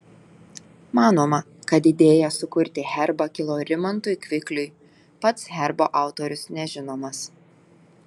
manoma kad idėja sukurti herbą kilo rimantui kvikliui pats herbo autorius nežinomas